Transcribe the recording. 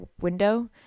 window